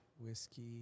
Whiskey